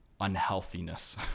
unhealthiness